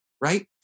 right